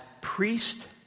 priest